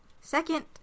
Second